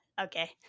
Okay